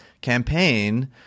campaign